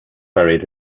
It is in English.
buried